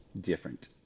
different